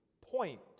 point